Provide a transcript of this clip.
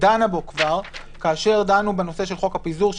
דנה בו כבר כאשר דנו בנושא של חוק הפיזור,